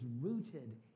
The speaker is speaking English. rooted